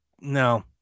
No